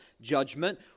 judgment